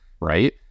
right